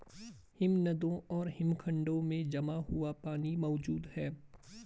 हिमनदों और हिमखंडों में जमा हुआ पानी मौजूद हैं